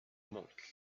monk